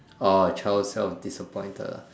orh child self disappointed ah